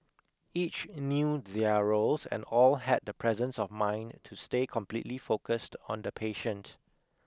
each knew their roles and all had the presence of mind to stay completely focused on the patient